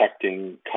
protecting